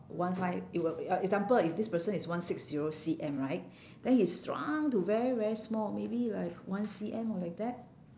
one five it will be uh example if this person is one six zero C_M right then he shrunk to very very small maybe like one C_M or like that